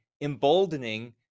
Emboldening